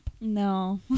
No